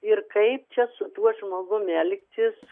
ir kaip čia su tuo žmogum elgtis